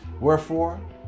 Wherefore